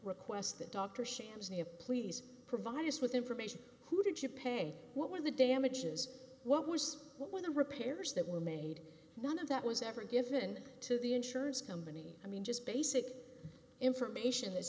requests that dr shams new please provide us with information who did you pay what were the damages what was what were the repairs that were made none of that was ever given to the insurance company i mean just basic information is